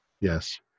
Yes